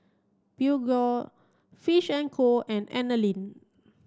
Peugeot Fish and Co and Anlene